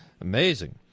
Amazing